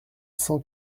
cent